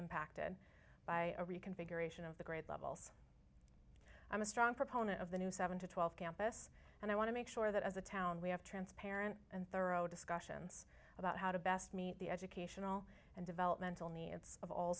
impacted by a reconfiguration of the grade levels i'm a strong proponent of the new seven to twelve campus and i want to make sure that as a town we have transparent and thorough discussions about how to best meet the educational and developmental needs of all